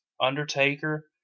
Undertaker